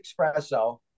Espresso